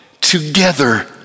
together